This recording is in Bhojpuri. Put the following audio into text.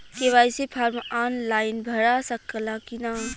के.वाइ.सी फार्म आन लाइन भरा सकला की ना?